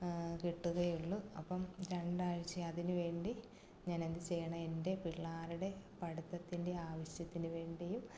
കിട്ടുകയുള്ളു അപ്പം രണ്ടാഴ്ച്ച അതിനു വേണ്ടി ഞാൻ എന്തു ചെയ്യണം എൻ്റെ പിള്ളേരുടെ പഠിത്തത്തിൻ്റെ ആവിശ്യത്തിന് വേണ്ടിയും